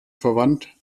verwandt